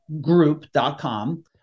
group.com